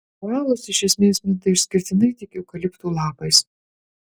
koalos iš esmės minta išskirtinai tik eukaliptų lapais